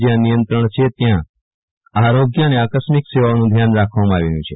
જયાં નિયં ત્રણ છે ત્યાં આરોગ્ય અને આક સ્મિક સેવાઓનું ધ્યાન રાખવામાં આવી રહ્યુ છે